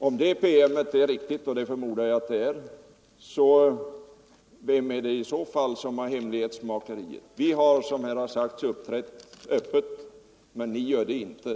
Om promemorian är riktig, och det förmodar jag att den är, vem är det i så fall som ägnar sig åt hemlighetsmakeri? Vi uppträder öppet, men ni gör det inte.